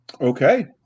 Okay